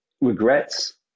regrets